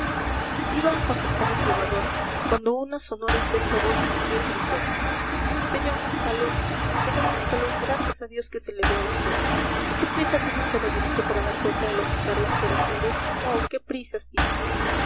iba a contestarle salvador cuando una sonora y fresca voz de mujer gritó sr monsalud sr monsalud gracias a dios que se le ve a vd qué prisa tiene el caballerito para dar cuenta de los encargos que recibe oh qué prisa sí